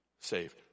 saved